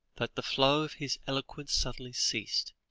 that the flow of his eloquence suddenly ceased.